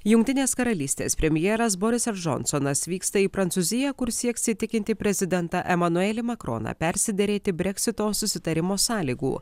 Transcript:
jungtinės karalystės premjeras borisas džonsonas vyksta į prancūziją kur sieks įtikinti prezidentą emanuelį makroną persiderėti breksito susitarimo sąlygų